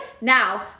Now